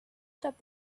stop